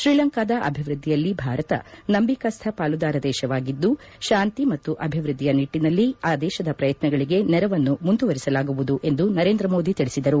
ಶ್ರೀಲಂಕಾದ ಅಭಿವ್ವದ್ದಿಯಲ್ಲಿ ಭಾರತ ನಂಬಿಕಸ್ವ ಪಾಲುದಾರ ದೇಶವಾಗಿದ್ದು ಶಾಂತಿ ಮತ್ತು ಅಭಿವ್ವದ್ಲಿಯ ನಿಟ್ಲಿನಲ್ಲಿ ಆ ದೇಶದ ಪ್ರಯತ್ನಗಳಿಗೆ ನೆರವನ್ನು ಮುಂದುವರೆಸಲಾಗುವುದು ಎಂದು ನರೇಂದ್ರ ಮೋದಿ ತಿಳಿಸಿದರು